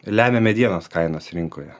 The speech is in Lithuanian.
lemia medienos kainos rinkoje